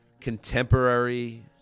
contemporary